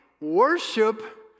worship